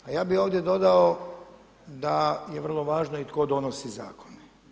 A ja bih ovdje dodao da je vrlo važno i tko donosi zakone.